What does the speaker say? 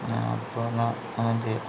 ആ അപ്പോൾ എന്നാൽ അങ്ങനെ ചെയ്യാം